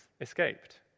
escaped